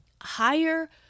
higher